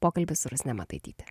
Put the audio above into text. pokalbius rusne mataityte